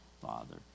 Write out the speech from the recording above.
father